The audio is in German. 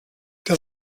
der